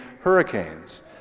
hurricanes